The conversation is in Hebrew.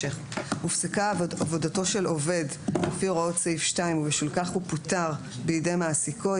הופסקה עבודתו של עובד לפי הוראות סעיף 2 ובשל כך הוא פוטר בידי מעסיקו,